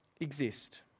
exist